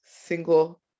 single